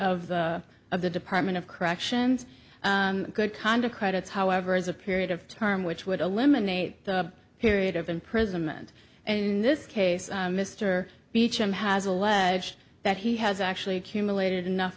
of the of the department of corrections good conduct credits however is a period of term which would eliminate the period of imprisonment and this case mr beecham has alleged that he has actually accumulated enough